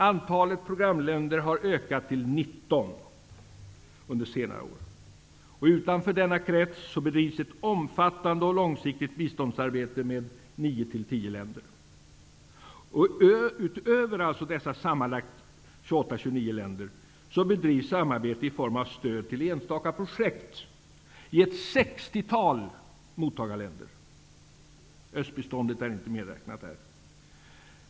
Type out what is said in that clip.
Antalet programländer har ökat till 19 under senare år. Utanför denna krets bedrivs ett omfattande och långsiktigt biståndsarbete med länder bedrivs samarbete i form av stöd till enstaka projekt med ett sextiotal mottagarländer. Östbiståndet är inte medräknat där.